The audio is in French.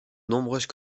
nombreuses